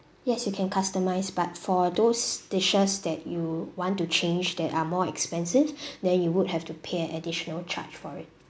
yes you can customise but for those dishes that you want to change that are more expensive then you would have to pay an additional charge for it